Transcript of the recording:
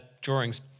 drawings